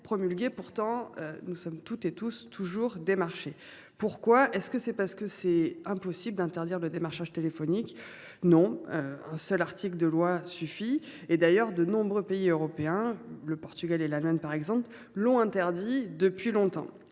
décrets. Pourtant, nous sommes toutes et tous toujours démarchés. Pourquoi ? Est ce parce qu’il serait impossible d’interdire le démarchage téléphonique ? Non, un seul article de loi suffit. D’ailleurs, de nombreux pays européens, comme le Portugal et l’Allemagne, l’ont interdit depuis longtemps.